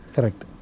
Correct